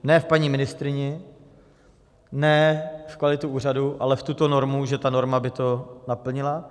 Ne v paní ministryni, ne v kvalitu úřadu, ale v tuto normu, že ta norma by to naplnila.